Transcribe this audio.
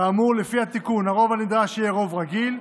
כאמור, לפי התיקון, הרוב יהיה רוב רגיל,